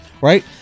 Right